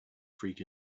freak